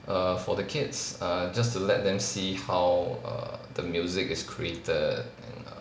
err for the kids err just to let them see how err the music is created and err